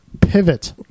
pivot